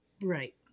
Right